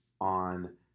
on